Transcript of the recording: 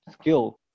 skill